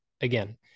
again